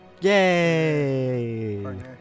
Yay